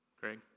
Greg